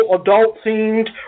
adult-themed